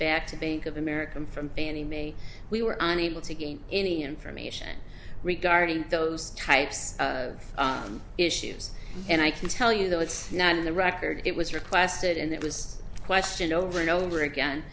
back to being of american from fannie mae we were unable to gain any information regarding those types of issues and i can tell you that it's not in the record it was requested and it was questioned over and over again